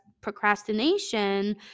procrastination